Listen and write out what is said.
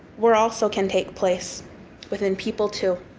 war also can take place within people, too.